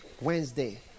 Wednesday